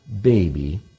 baby